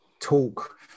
talk